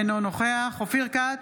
אינו נוכח אופיר כץ,